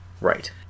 Right